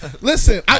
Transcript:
Listen